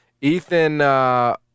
Ethan